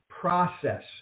process